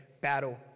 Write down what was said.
battle